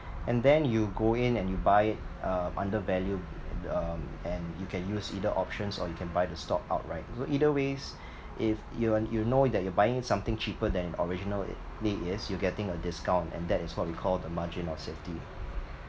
and then you go in and you buy uh undervalue um and you can use either options or you can buy the stock outright so either ways if you you know that you are buying something cheaper than original it is you're getting a discount and that is what we call the margin of safety